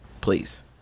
Please